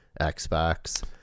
Xbox